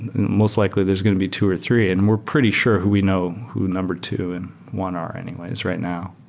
most likely, there's going to be two or three. and we're pretty sure who we know who number two and one are anyways right now